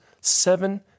seven